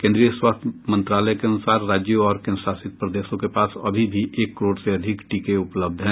केंद्रीय स्वास्थ्य मंत्रालय के अनुसार राज्यों और केंद्रशासित प्रदेशों के पास अभी भी एक करोड़ से अधिक टीके उपलब्ध हैं